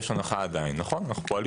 יש הנחה עדיין, נכון, אנחנו פועלים.